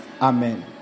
Amen